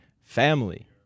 family